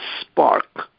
spark